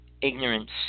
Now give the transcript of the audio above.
ignorance